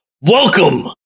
Welcome